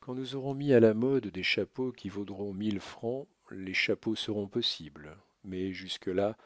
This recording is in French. quand nous aurons mis à la mode des chapeaux qui vaudront mille francs les chapeaux seront possibles mais jusque-là